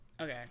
Okay